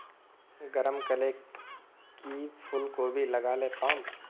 गरम कले की फूलकोबी लगाले पाम?